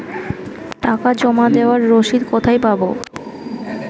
টাকা জমা দেবার রসিদ কোথায় পাব?